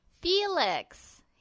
Felix